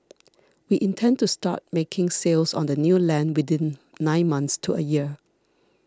we intend to start making sales on the new land within nine months to a year